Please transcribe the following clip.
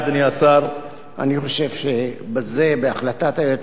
אני חושב שבזה, בהחלטת היועץ המשפטי לממשלה,